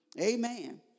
Amen